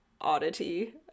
oddity